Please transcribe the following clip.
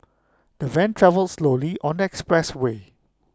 the van travelled slowly on expressway